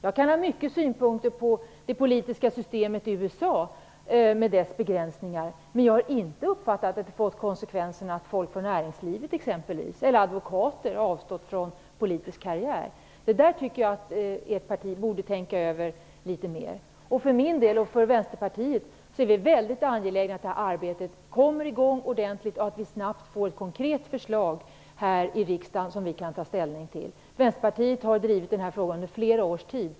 Jag kan ha många synpunkter på det politiska systemet i USA med dess begränsningar. Men jag har inte uppfattat att det har fått konsekvensen att människor från exempelvis näringslivet eller advokater avstått från politisk karriär. Detta tycker jag att ert parti borde tänka över litet mer. För min och Vänsterpartiets del är vi angelägna att arbetet kommer igång ordentligt och att vi snabbt får ett konkret förslag i riksdagen som vi kan ta ställning till. Vänsterpartiet har drivit den här frågan under flera års tid.